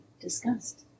discussed